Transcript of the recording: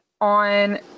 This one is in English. on